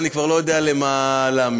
ואני כבר לא יודע למה להאמין.